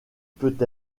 peut